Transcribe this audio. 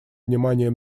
внимание